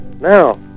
now